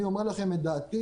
אני אומר לכם את דעתי,